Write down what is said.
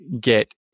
get